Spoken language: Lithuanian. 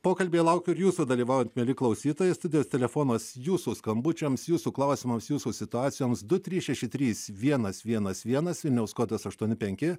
pokalbyje laukiu jūsų dalyvaujant mieli klausytojai studijos telefonas jūsų skambučiams jūsų klausimams jūsų situacijoms du trys šeši trys vienas vienas vienas vilniaus kodas aštuoni penki